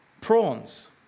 prawns